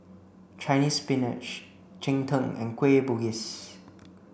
Chinese spinach Cheng Tng and Kueh Bugis